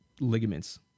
ligaments